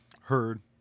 heard